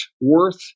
worth